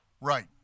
Right